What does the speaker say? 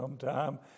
sometime